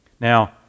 Now